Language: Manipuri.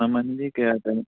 ꯃꯃꯟꯗꯤ ꯀꯌꯥꯗꯅꯣ